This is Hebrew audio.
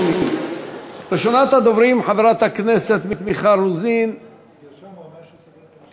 ראשונת הדוברים, חברת הכנסת מיכל רוזין, איננה.